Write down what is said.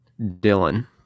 Dylan